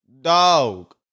dog